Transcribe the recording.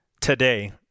today